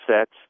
sets